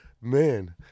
Man